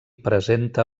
presenta